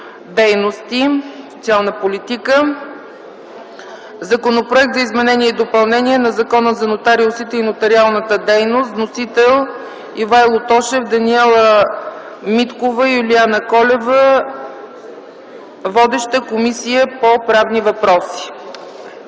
труда и социалната политика. - Законопроект за изменение и допълнение на Закона за нотариусите и нотариалната дейност. Вносители са Ивайло Тошев, Даниела Миткова и Юлиана Колева. Водеща е Комисията по правни въпроси.